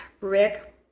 Rick